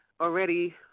already